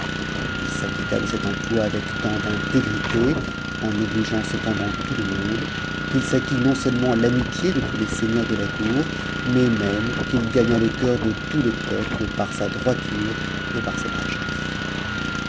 il s'acquitta de cet emploi avec tant d'intégrité en obligeant cependant tout le monde qu'il s'acquit non-seulement l'amitié de tous les seigneurs de la cour mais même qu'il gagna le cœur de tout le peuple par sa droiture et par ses largesses